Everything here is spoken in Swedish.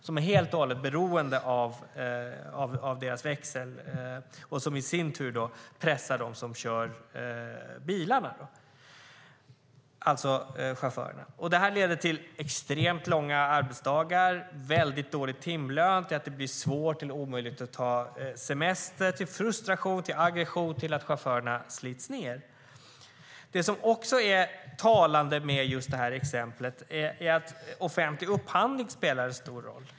De är helt och hållet beroende av företagets växel och i sin tur pressar åkarna dem som kör bilarna, alltså chaufförerna. Detta leder till extremt långa arbetsdagar, väldigt dålig timlön, svårt eller omöjligt att ta ut semester, frustration och aggression som gör att chaufförerna slits ned. Det som också är talande med exemplet är att offentlig upphandling spelar en stor roll.